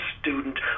student